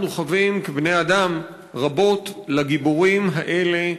אנחנו חבים כבני-אדם, רבות לגיבורים האלה,